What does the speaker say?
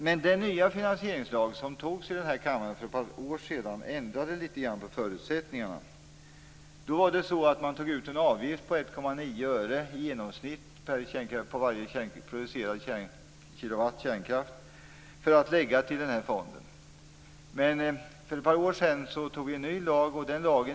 Men den nya finansieringslag som antogs i den här kammaren för ett par år sedan ändrade litet grand på förutsättningarna. Då var det så att man tog ut en avgift på 1,9 öre i genomsnitt på varje producerad kilowatt kärnkraft för att lägga i den här fonden. Men för ett par år sedan antog vi alltså en ny lag.